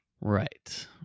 Right